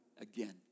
again